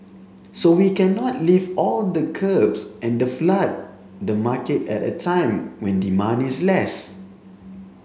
so we cannot lift all the curbs and the flood the market at a time when demand is less